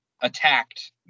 attacked